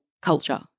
culture